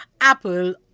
Apple